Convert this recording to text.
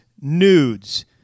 nudes